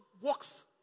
works